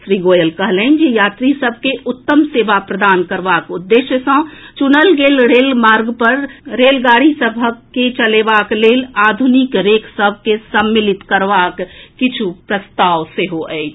श्री गोयल कहलनि जे यात्री सभ के उत्तम सेवा प्रदान करबाक उद्देश्य सॅ चुनल गेल मार्ग पर रेलगाड़ी सभ के चलेबाक लेल आधुनिक रेक सभ के सम्मिलित करबाक किछु प्रस्ताव सेहो अछि